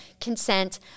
consent